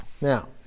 Now